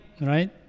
right